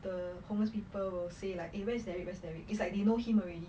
the homeless people will say like eh where is derek where is derek it's like they know him already